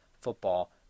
Football